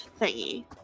thingy